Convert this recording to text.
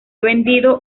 vendido